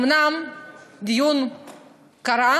אומנם הדיון היה,